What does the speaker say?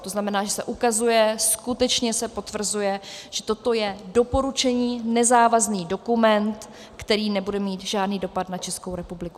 To znamená, že se ukazuje, skutečně se potvrzuje, že toto je doporučení, nezávazný dokument, který nebude mít žádný dopad na Českou republiku.